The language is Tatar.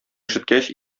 ишеткәч